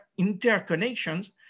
interconnections